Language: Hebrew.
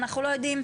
אנחנו לא יודעים.